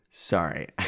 Sorry